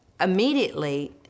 immediately